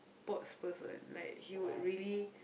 sports person like he would really